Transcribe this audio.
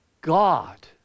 God